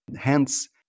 Hence